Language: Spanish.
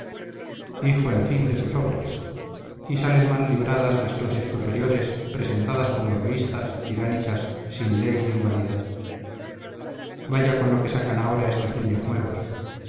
hijo en fin de sus obras y salen mal libradas las clases superiores presentadas como egoístas tiránicas sin ley ni humanidad vaya con lo que sacan ahora estos niños nuevos